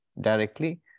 directly